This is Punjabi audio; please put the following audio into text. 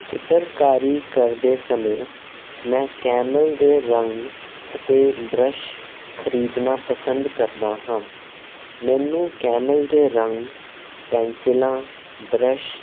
ਚਿੱਤਰਕਾਰੀ ਕਰਦੇ ਸਮੇਂ ਮੈਂ ਕੈਮਲ ਦੇ ਰੰਗ ਅਤੇ ਬਰੱਸ਼ ਖਰੀਦਣਾ ਪਸੰਦ ਕਰਦਾ ਹਾਂ ਮੈਨੂੰ ਕੈਮਲ ਦੇ ਰੰਗ ਪੈਨਸਿਲਾਂ ਬਰੱਸ਼